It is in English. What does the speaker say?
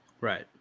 Right